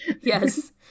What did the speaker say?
Yes